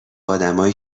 آدمایی